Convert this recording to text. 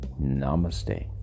Namaste